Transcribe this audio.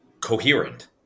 coherent